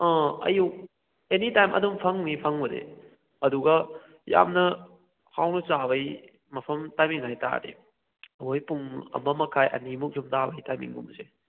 ꯑꯥ ꯑꯌꯨꯛ any time ꯑꯗꯨꯝ ꯐꯪꯒꯅꯤ ꯐꯪꯕꯗꯤ ꯑꯗꯨꯒ ꯌꯥꯝꯅ ꯍꯥꯎꯅ ꯆꯥꯕꯒꯤ ꯃꯐꯝ ꯇꯥꯏꯝꯃꯤꯡ ꯍꯥꯏꯇꯔꯒꯗꯤ ꯑꯩꯈꯣꯏ ꯄꯨꯡ ꯑꯃꯃꯈꯥꯏ ꯑꯅꯤꯃꯨꯛ ꯁꯨꯝ ꯇꯥꯕꯒꯤ ꯇꯥꯏꯝꯃꯤꯡ ꯒꯨꯝꯕꯁꯦ